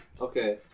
Okay